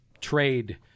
trade